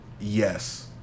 Yes